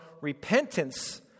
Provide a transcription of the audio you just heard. repentance